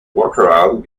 workaround